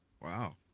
Wow